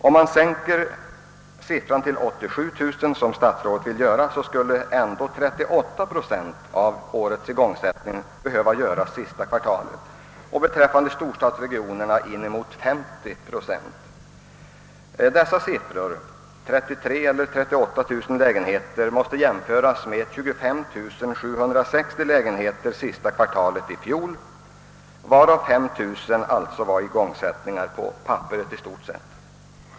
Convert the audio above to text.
Om man sänker målsättningen till 87 000, som statsrådet vill göra, skulle ändå 38 procent av årets igångsättningar behöva göras under sista kvartalet och beträffande storstadsregionerna inemot 50 procent. Dessa siffror, 38000 resp. 33 000, skall jämföras med 25 760 under sista kvartalet i fjol, varav alltså 5 000 i stort sett var igångsättningar på papperet.